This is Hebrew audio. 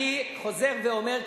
אני חוזר ואומר,